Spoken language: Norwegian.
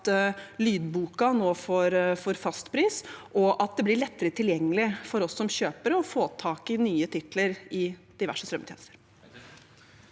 at lydboken nå får fastpris, og at det blir lettere tilgjengelig for oss som kjøpere å få tak i nye titler i diverse strømmetjenester.